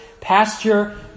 pasture